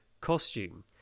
costume